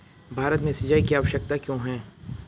भारत में सिंचाई की आवश्यकता क्यों है?